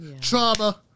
trauma